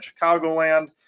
chicagoland